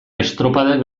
estropadek